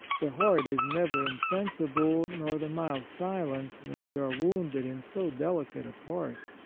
the heart is never insensible nor the mouth silent when we are wounded in so delicate a part.